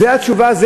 זו התשובה?